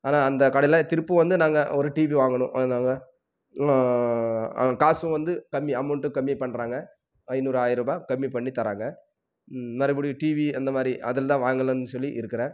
ஆனால் அந்த கடையில் திரும்ப வந்து நாங்கள் ஒரு டிவி வாங்கணும் அது நாங்கள் அங்கே காசும் வந்து கம்மி அமௌண்ட்டும் கம்மி பண்ணுறாங்க ஐநூறு ஆயர்ரூபாய் கம்மி பண்ணி தராங்கள் மறுபடியும் டிவி அந்த மாதிரி அதில் தான் வாங்கலாம்னு சொல்லி இருக்கிறேன்